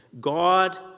God